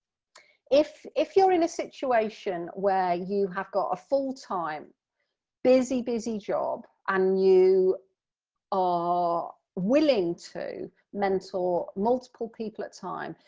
if if you're in a situation where you have got a full time busy, busy job and um you are willing to mentor multiple people at time,